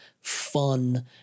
fun